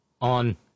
on